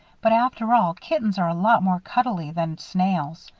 but after all, kittens are a lot more cuddle-y than snails.